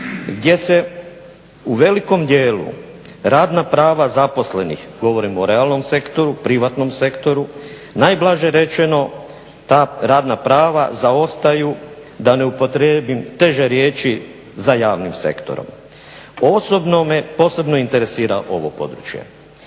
gdje se u velikom dijelu radna prava zaposlenih, govorim o realnom sektoru, privatnom sektoru, najblaže rečeno ta radna prava zaostaju, da ne upotrijebim teže riječi, za javnim sektorom. Osobno me posebno interesira ovo područje.